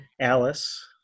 Alice